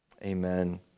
Amen